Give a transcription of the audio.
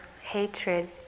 hatred